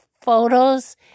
photos